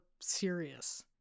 serious